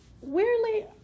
weirdly